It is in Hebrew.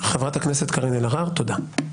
חברת הכנסת קארין אלהרר, תודה.